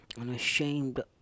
unashamed